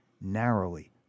narrowly